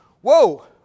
whoa